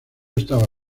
estaba